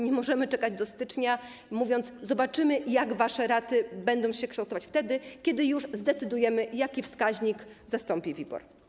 Nie możemy czekać do stycznia, a wy nie możecie mówić: zobaczymy, jak wasze raty będą się kształtować wtedy, kiedy już zdecydujemy, jaki wskaźnik zastąpi WIBOR.